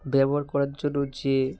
ব্যবহার করার জন্য যে